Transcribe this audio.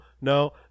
no